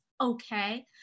okay